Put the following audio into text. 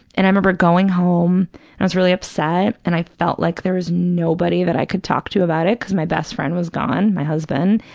and i remember going home and i was really upset, and i felt like there was nobody that i could talk to about it because my best friend was gone, my husband,